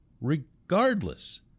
regardless